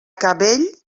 cabell